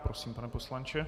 Prosím, pane poslanče.